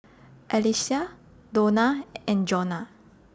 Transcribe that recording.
Alycia Dona and Jonah